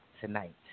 tonight